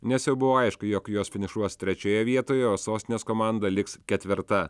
nes jau buvo aišku jog jos finišuos trečioje vietoje o sostinės komanda liks ketvirta